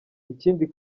ikindi